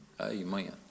amen